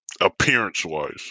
appearance-wise